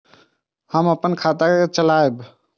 हम अपन खाता के चलाब?